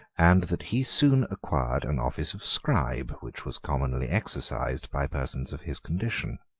and that he soon acquired an office of scribe, which was commonly exercised by persons of his condition.